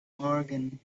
organ